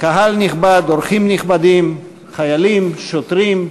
קהל נכבד, אורחים נכבדים, חיילים, שוטרים,